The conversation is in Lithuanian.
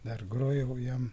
dar grojau jam